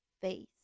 face